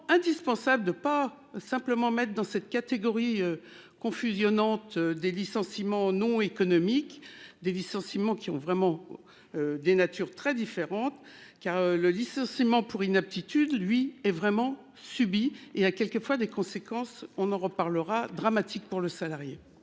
indispensable de pas simplement dans cette catégorie qu'on fusionnant tu des licenciements non économiques des licenciements qui ont vraiment. Des natures très différentes qui a le licenciement pour inaptitude lui est vraiment subi et à a quelques fois des conséquences on en reparlera dramatique pour le salarié.